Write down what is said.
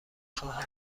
خواهم